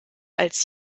als